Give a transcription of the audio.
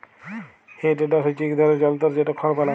হে টেডার হচ্যে ইক ধরলের জলতর যেট খড় বলায়